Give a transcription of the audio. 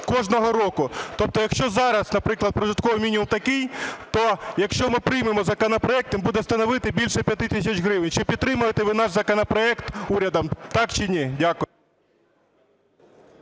кожного року. Тобто, якщо зараз, наприклад, прожитковий мінімум такий, то, якщо ми приймемо законопроект, він буде становити більше 5 тисяч гривень. Чи підтримаєте ви наш законопроект урядом, так чи ні? Дякую.